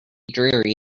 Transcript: dreary